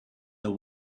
the